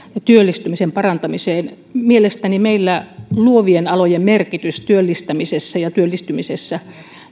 työllistymisen parantamiseen mielestäni meillä luovien alojen merkitys työllistämisessä ja työllistymisessä